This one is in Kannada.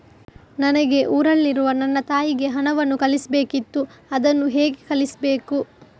ನನಗೆ ಊರಲ್ಲಿರುವ ನನ್ನ ತಾಯಿಗೆ ಹಣವನ್ನು ಕಳಿಸ್ಬೇಕಿತ್ತು, ಅದನ್ನು ಹೇಗೆ ಕಳಿಸ್ಬೇಕು?